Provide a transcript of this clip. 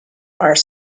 are